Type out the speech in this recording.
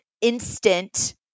instant